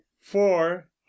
four